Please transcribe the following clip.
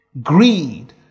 Greed